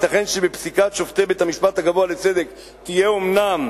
ייתכן שפסיקת שופטי בית-המשפט הגבוה לצדק תהיה אומנם